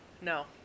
No